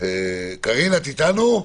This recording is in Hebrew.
ונתנו כיוונים,